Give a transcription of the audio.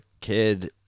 kid